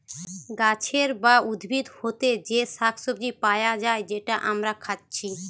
গাছের বা উদ্ভিদ হোতে যে শাক সবজি পায়া যায় যেটা আমরা খাচ্ছি